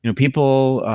you know people,